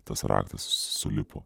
tas raktas sulipo